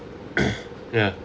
ya